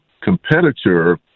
competitor